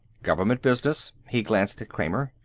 government business. he glanced at kramer.